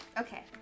Okay